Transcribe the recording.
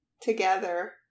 together